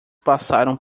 passaram